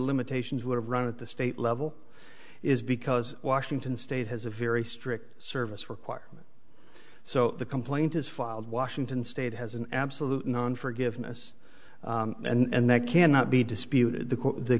limitations would have run at the state level is because washington state has a very strict service requirement so the complaint is filed washington state has an absolute non forgiveness and that cannot be disputed the